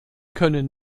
können